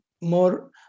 more